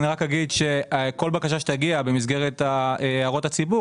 אני רק אגיד שכל בקשה שתגיע במסגרת הערות הציבור